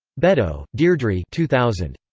beddoe, deirdre two thousand.